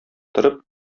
торып